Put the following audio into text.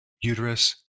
uterus